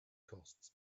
costs